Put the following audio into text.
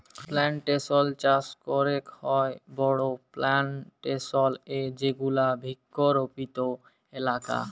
plantation চাস ক্যরেক হ্যয় বড় প্লানটেশল এ যেগুলা বৃক্ষরপিত এলাকা